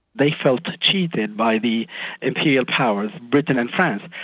they felt cheated by the imperial powers, britain and france.